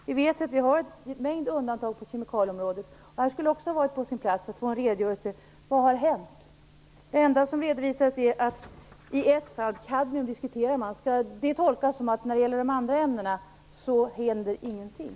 Vi vet att vi har en mängd undantag på kemikalieområdet. Här skulle det också ha varit på sin plats att få en redogörelse av vad som har hänt. Det enda som redovisas är att man diskuterar kadmium. Skall det tolkas som att när det gäller de andra ämnena så händer ingenting?